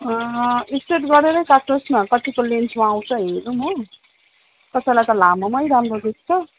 straight गरेरै काट्नुहोस् न कतिको लेन्थमा आउँछ हेरौँ हो कसैलाई त लामोमै राम्रो देख्छ